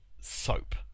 Soap